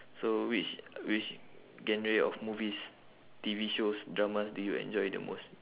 so which which genre of movies T_V shows dramas do you enjoy the most